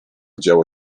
działo